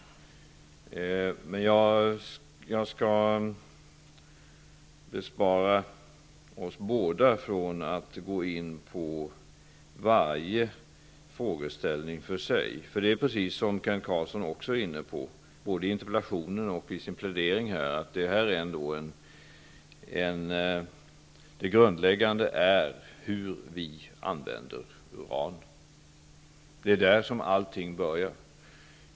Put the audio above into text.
Men jag skall bespara oss båda från att gå in på varje frågeställning för sig. Det är nämligen på det sättet, precis som Kent Carlsson också var inne på både i interpellationen och i sin plädering här, att det grundläggande är hur vi använder uran. Det är där som allting börjar.